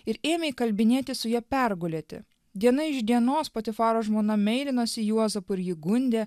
ir ėmė įkalbinėti su ja pergulėti diena iš dienos patifaro žmona meilinosi juozapui ir jį gundė